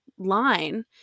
line